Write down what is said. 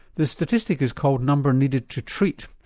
the statistic is called number needed to treat,